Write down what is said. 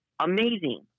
amazing